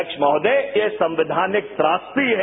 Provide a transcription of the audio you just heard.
अध्यक्ष महोदय ये संवैधानिक त्रासदी है